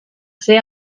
ser